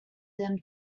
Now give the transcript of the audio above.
them